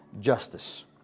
justice